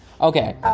Okay